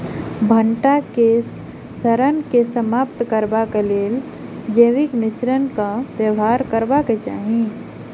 भंटा केँ सड़न केँ समाप्त करबाक लेल केँ जैविक मिश्रण केँ व्यवहार करबाक चाहि?